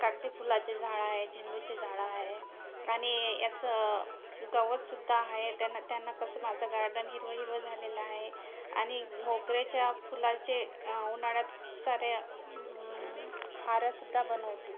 कागदी फुलाचे झाडं आहे झेंडूची झाडं आहे आणि याचं गवतसुद्धा आहे त्यांना त्यांना कसं माझं गार्डन हिरवं हिरवं झालेलं आहे आणि मोगऱ्याच्या फुलाचे उन्हाळ्यात सारे हार सुद्धा बनवते